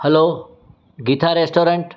hello Geeta restaurant